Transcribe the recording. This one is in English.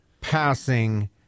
passing